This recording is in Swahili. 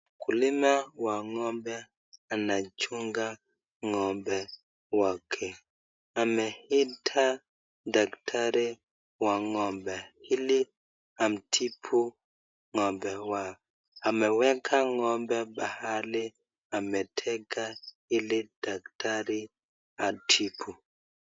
Mkulima wa ng'ombe anachunga ng'ombe wake, ameita daktari wa ng'ombe ili amtibu ng'ombe wake, ameweka ng'ombe pahali ametenga ili daktari amtibu.